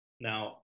Now